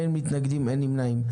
אין מתנגדים, אין נמנעים.